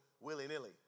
willy-nilly